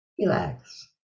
relax